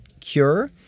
cure